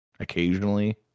occasionally